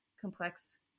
complex